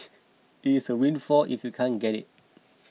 it's a windfall if you can't get it